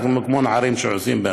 כמו שנערים עושים.